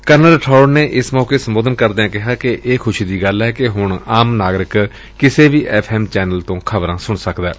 colonel Rathore ਨੇ ਏਸ ਮੌਕੇ ਸੰਬੋਧਨ ਕਰਦਿਆਂ ਕਿਹਾ ਕਿ ਇਹ ਖੁਸ਼ੀ ਦੀ ਗੱਲ ਏ ਕਿ ਹੁਣ ਆਮ ਨਾਗਰਿਕ ਕਿਸੇ ਵੀ ਐਫ਼ ਐਮ ਚੈਨਲ ਤੋਂ ਖ਼ਬਰਾਂ ਸੁਣ ਸਕਦੈ